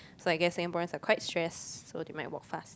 so I guess Singaporeans are quite stressed so they might walk fast